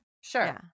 Sure